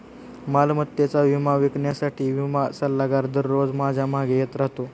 मालमत्तेचा विमा विकण्यासाठी विमा सल्लागार दररोज माझ्या मागे येत राहतो